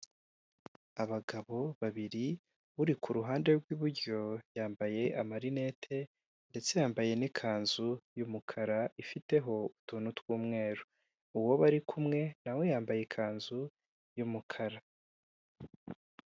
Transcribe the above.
Abagabo babiri, uri ku ruhande rw'iburyo yambaye amarinete ndetse yambaye n'ikanzu y'umukara ifiteho utuntu tw'umweru, uwo bari ari kumwe nawe yambaye ikanzu y'umukara.